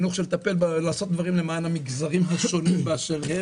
לעשות דברים למען המגזרים השונים באשר הם,